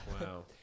Wow